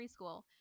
preschool